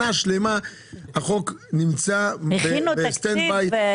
שנה שלמה שהחוק נמצא בסטנד-ביי --- ביקשתי מהם להכין תקציב,